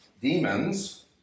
demons